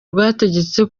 rwategetse